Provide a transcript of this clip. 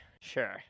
sure